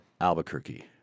Albuquerque